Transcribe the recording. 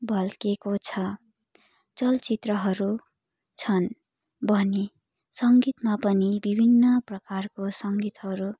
झल्किएको छ चलचित्रहरू छन् भने सङ्गीतमा पनि विभिन्न प्रकारको सङ्गीतहरू